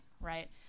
right